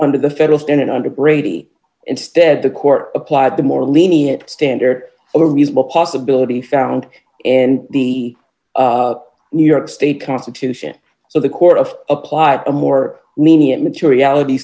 under the federal standard under brady instead the court applied the more lenient standard a reasonable possibility found and the new york state constitution so the court of applied a more lenient materiality